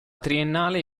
triennale